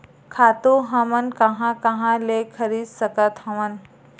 खातु हमन कहां कहा ले खरीद सकत हवन?